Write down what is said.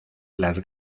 las